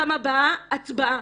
לפעם הבאה הצבעה.